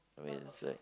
I mean it's like